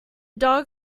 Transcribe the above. dog